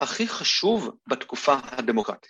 ‫הכי חשוב בתקופה הדמוקרטית.